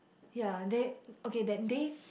ya that okay that day